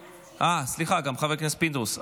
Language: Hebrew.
גם חבר הכנסת פינדרוס.